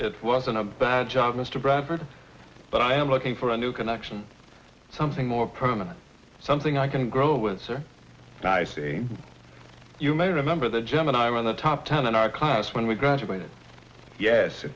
it wasn't a bad job mr bradford but i am looking for a new connection something more permanent something i can grow with her by saying you may remember the gemini were on the top ten in our class when we graduated yes it